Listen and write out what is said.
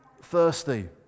thirsty